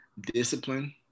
discipline